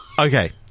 Okay